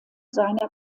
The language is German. seiner